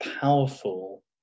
powerful